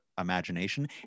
imagination